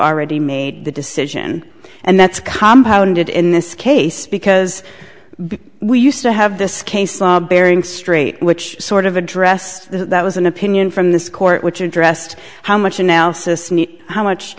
already made the decision and that's compound in this case because we used to have this case bering strait which sort of addressed that was an opinion from this court which addressed how much analysis neat how much